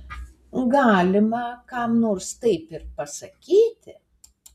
galima kam nors taip ir pasakyti